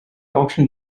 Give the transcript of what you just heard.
auction